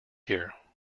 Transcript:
here